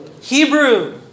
Hebrew